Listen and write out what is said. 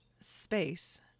space